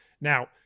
Now